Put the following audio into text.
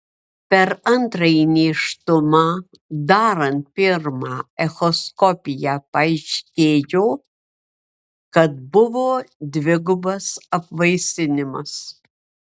per antrąjį nėštumą darant pirmą echoskopiją paaiškėjo kad buvo dvigubas apvaisinimas